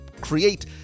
create